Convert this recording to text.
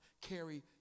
carry